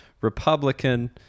Republican